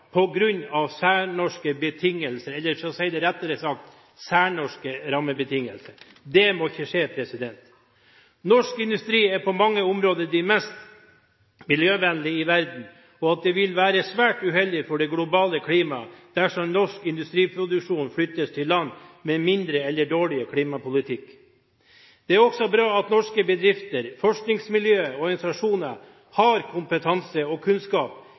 av særnorske betingelser eller, rettere sagt, særnorske rammebetingelser, må ikke skje. Norsk industri er på mange områder den mest miljøvennlige i verden, og det vil være svært uheldig for det globale klimaet dersom norsk industriproduksjon flyttes til land med mindre eller dårligere klimapolitikk. Det er også bra at norske bedrifter, forskningsmiljøer og organisasjoner har kompetanse og kunnskap